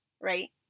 right